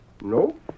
No